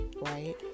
right